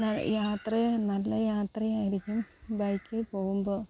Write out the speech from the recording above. യാത്രയും നല്ല യാത്രയായിരിക്കും ബൈക്കിൽ പോകുമ്പോൾ